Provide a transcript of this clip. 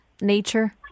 nature